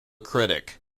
critic